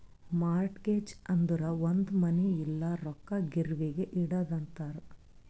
mortgage ಅಂದುರ್ ಒಂದ್ ಮನಿ ಇಲ್ಲ ರೊಕ್ಕಾ ಗಿರ್ವಿಗ್ ಇಡದು ಅಂತಾರ್